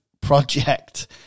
project